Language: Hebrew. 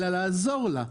אלא לעזור לה,